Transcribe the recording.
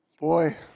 Boy